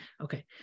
okay